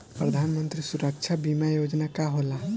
प्रधानमंत्री सुरक्षा बीमा योजना का होला?